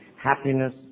happiness